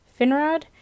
Finrod